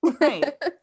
right